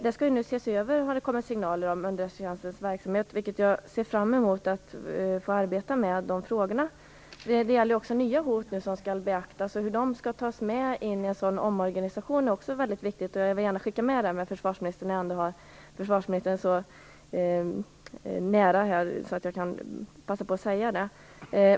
Det har kommit signaler om att underrättelsetjänstens verksamhet nu skall ses över, och jag ser fram emot att få arbeta med dessa frågor. Det finns nya hot som skall beaktas, och det är väldigt viktigt att dessa tas med vid en omorganisation. Jag vill gärna skicka med det när jag ändå har försvarsministern så nära att jag kan passa på att säga det.